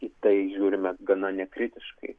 į tai žiūrime gana nekritiškai